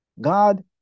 God